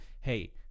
hey